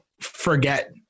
forget